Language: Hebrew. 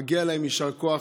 מגיע להם יישר כוח.